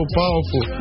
powerful